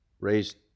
raised